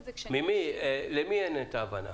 למי אין ההבנה?